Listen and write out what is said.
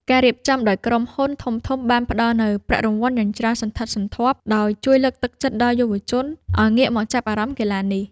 ការរៀបចំដោយក្រុមហ៊ុនធំៗបានផ្ដល់នូវប្រាក់រង្វាន់យ៉ាងច្រើនសន្ធឹកសន្ធាប់ ដែលជួយលើកទឹកចិត្តដល់យុវជនឱ្យងាកមកចាប់អារម្មណ៍កីឡានេះ។